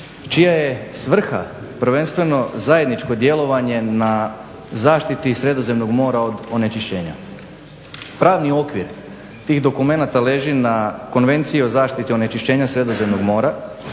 čija je svrha prvenstveno zajedničko djelovanje na zaštiti Sredozemnog mora od onečišćenja. Pravni okvir tih dokumenata leži na Konvenciji o zaštiti onečišćenja Sredozemnog mora,